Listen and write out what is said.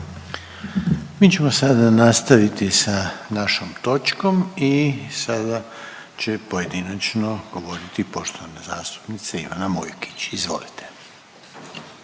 Mi ćemo sada nastaviti sa našom točkom i sada će pojedinačno govoriti poštovana zastupnica Ivana Mujkić. Izvolite.